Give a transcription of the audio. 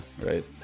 right